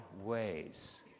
ways